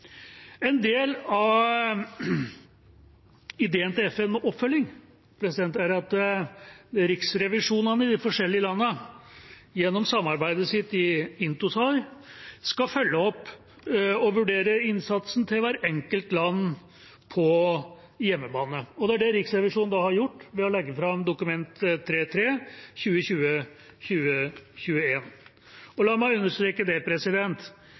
En del av ideen til FN om oppfølging er at riksrevisjonene i de forskjellige landene gjennom samarbeidet sitt i INTOSAI skal følge opp og vurdere innsatsen til hvert enkelt land på hjemmebane. Det er det Riksrevisjonen har gjort ved å legge fram Dokument 3:3 for 2020–2021. La meg understreke: